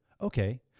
okay